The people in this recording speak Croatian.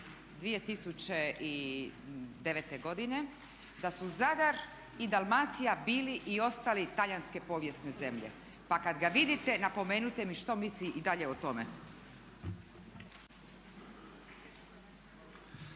2009. godine da su Zadar i Dalmacija bili i ostali talijanske povijesne zemlje. Pa kad ga vidite napomenite mi što misli i dalje o tome.